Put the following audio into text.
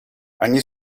они